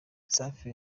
safi